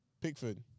Pickford